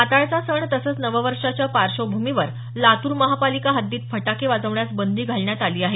नाताळचा सण तसंच नववर्षाच्या पार्श्वभूमीवर लातूर महापालिका हद्दीत फटाके वाजवण्यास बंदी घालण्यात आली आहे